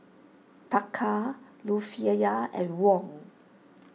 Taka Rufiyaa and Won